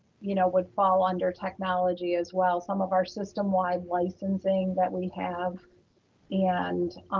you know, would fall under technology as well. some of our system wide licensing that we have and